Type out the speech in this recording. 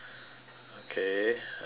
okay uh